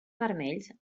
vermells